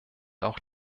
auch